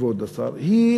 כבוד השר, היא